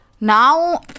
Now